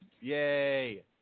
Yay